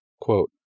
quote